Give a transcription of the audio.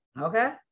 okay